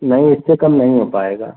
नहीं इससे कम नहीं हो पाएगा